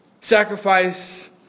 Sacrifice